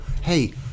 hey